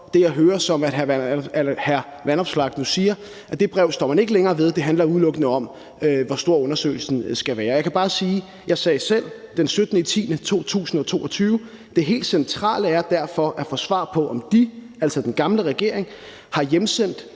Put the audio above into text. det, jeg hører, og som er, at hr. Alex Vanopslagh nu siger, at det brev står man ikke længere ved; det handler udelukkende om, hvor stor undersøgelsen skal være. Jeg kan bare sige, at jeg selv den 17. oktober 2022 sagde: »Det helt centrale er derfor, at få svar på, om de« – altså den gamle regering – »har hjemsendt